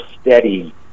steady